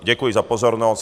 Děkuji za pozornost.